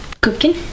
cooking